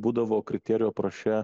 būdavo kriterijų apraše